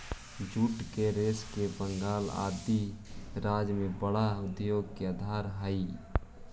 jute के रेशा बंगाल आदि राज्य में बड़ा उद्योग के आधार हई